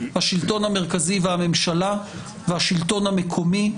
השלטון המרכזי והממשלה והשלטון המקומי,